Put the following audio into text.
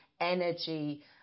energy